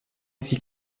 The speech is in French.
ici